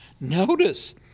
Notice